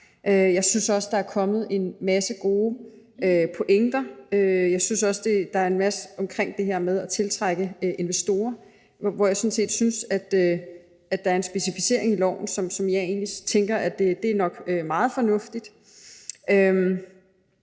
jeg synes også, der er kommet en masse gode pointer. Jeg synes også, der er en masse omkring det her med at tiltrække investorer, hvor jeg sådan set synes der er en specificering i loven, som jeg egentlig tænker er meget fornuftig.